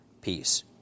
peace